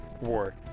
War